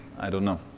i don't know.